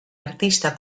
artista